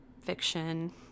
fiction